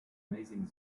amazing